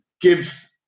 give